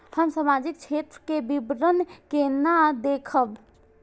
हम सामाजिक क्षेत्र के विवरण केना देखब?